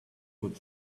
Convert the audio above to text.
put